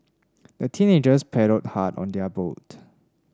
the teenagers paddled hard on their boat